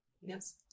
Yes